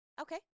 Okay